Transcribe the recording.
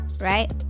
right